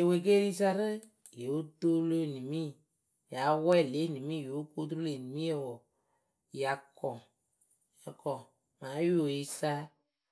ewekeeriyɨsa rɨ, yóo toolu enimii, yáa wɛɛ lě enimii yóo ku oturu lë enimiyǝ wɔɔ, ya kɔ. Ya kɔ, mɨ ayoyɨsa.